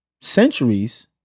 centuries